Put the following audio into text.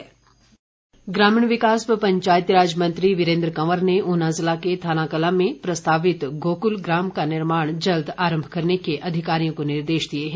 वीरेंद्र कंवर ग्रामीण विकास व पंचायती राज मंत्री वीरेंद्र कंवर ने ऊना जिला के थानाकलां में प्रस्तावित गोकुल ग्राम का निर्माण जल्द आरंभ करने के अधिकारियों को निर्देश दिए हैं